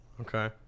Okay